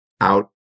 out